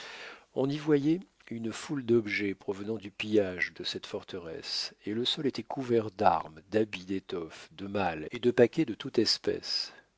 on y voyait une foule d'objets provenant du pillage de cette forteresse et le sol était couvert d'armes d'habits d'étoffes de malles et de paquets de toute espèce